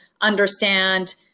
understand